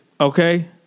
okay